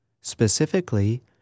Specifically